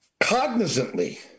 Cognizantly